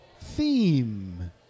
theme